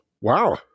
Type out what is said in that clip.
Wow